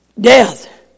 Death